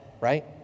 right